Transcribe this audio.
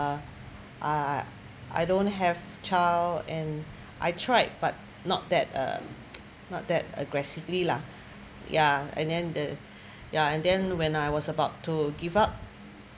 uh I I I don't have child and I tried but not that uh not that aggressively lah ya and then the ya and then when I was about to give up